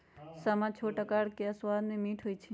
समा छोट अकार आऽ सबाद में मीठ होइ छइ